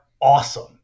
awesome